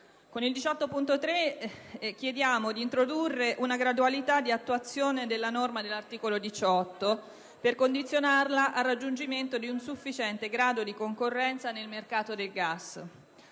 Con il primo chiediamo di introdurre una gradualità di attuazione della norma di cui all'articolo 18 per condizionarla al raggiungimento di un sufficiente grado di concorrenza nel mercato del gas.